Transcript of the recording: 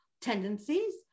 tendencies